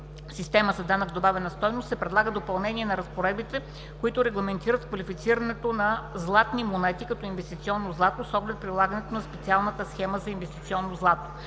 система за данъка върху добавената стойност се предлага допълнение на разпоредбите, които регламентират квалифицирането на златните монети като инвестиционно злато, с оглед прилагането на специалната схема за инвестиционно злато.